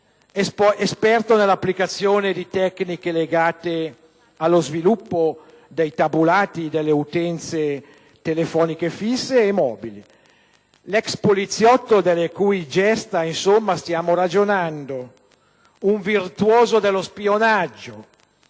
esperto nell'applicazione di tecniche legate allo sviluppo dei tabulati delle utenze telefoniche fisse e mobili, l'ex poliziotto delle cui gesta stiamo ragionando, un virtuoso dello spionaggio